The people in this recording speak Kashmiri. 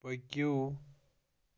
پٔکِو